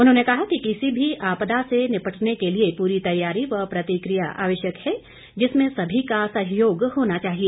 उन्होंने कहा कि किसी भी आपदा से निपटने के लिए पूरी तैयारी व प्रतिक्रिया आवश्यक है जिसमें सभी का सहयोग होना चाहिए